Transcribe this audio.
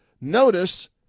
Notice